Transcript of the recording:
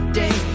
day